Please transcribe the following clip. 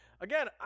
again